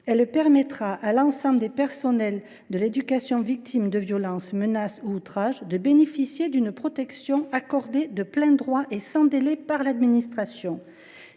Elle permettra à l’ensemble des personnels de l’éducation nationale victimes de violences, de menaces ou d’outrages de bénéficier d’une protection accordée de plein droit et sans délai par l’administration.